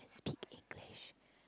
speak English